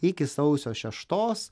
iki sausio šeštos